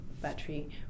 battery